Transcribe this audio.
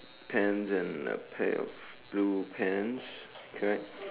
pants and peels blue pants correct